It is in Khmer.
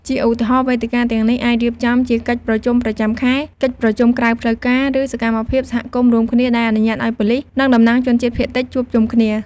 ជាឧទាហរណ៍ វេទិកាទាំងនេះអាចរៀបចំជាកិច្ចប្រជុំប្រចាំខែ កិច្ចប្រជុំក្រៅផ្លូវការ ឬសកម្មភាពសហគមន៍រួមគ្នា ដែលអនុញ្ញាតឲ្យប៉ូលិស និងតំណាងជនជាតិភាគតិចជួបជុំគ្នា។